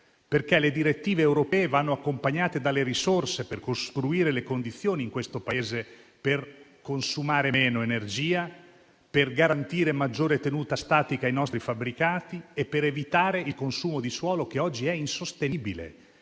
perché le direttive europee vanno accompagnate dalle risorse, per costruire le condizioni nel Paese per consumare meno energia, per garantire maggiore tenuta statica ai nostri fabbricati e per evitare il consumo di suolo, che oggi è insostenibile,